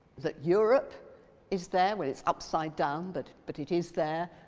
that europe is there, well it's upside down, but but it is there,